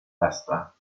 laster